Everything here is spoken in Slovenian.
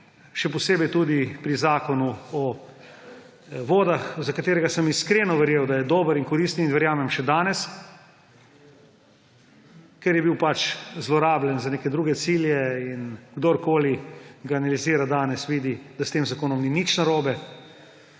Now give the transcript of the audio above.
Še posebej tudi pri Zakonu o vodah, za katerega sem iskreno verjel, da je dober in koristen, in verjamem še danes, ker je bil pač zlorabljen za neke druge cilje, in kdorkoli ga analizira danes, vidi, da s tem zakonom ni nič narobe